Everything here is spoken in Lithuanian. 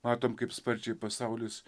matom kaip sparčiai pasaulis